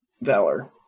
Valor